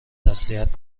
تسلیت